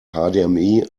hdmi